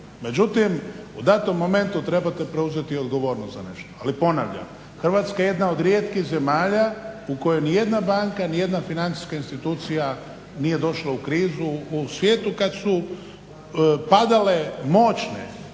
Međutim, u datom momentu trebate preuzeti i odgovornost za nešto. Ali ponavljam, Hrvatska je jedna od rijetkih zemalja u kojoj nijedna banka, nijedna financijska institucija nije došla u krizu u svijetu kad su padale moćne